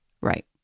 right